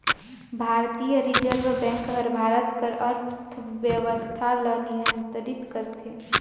भारतीय reserve bank हर भारत कर अर्थबेवस्था ल नियंतरित करथे